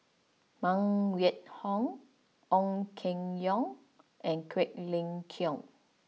Phan Wait Hong Ong Keng Yong and Quek Ling Kiong